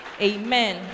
Amen